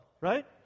right